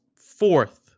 fourth